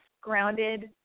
grounded